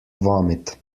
vomit